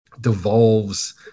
devolves